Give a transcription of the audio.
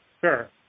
Sure